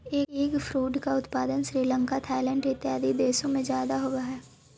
eggfruit का उत्पादन Sri Lanka Thailand इत्यादि देशों में ज्यादा होवअ हई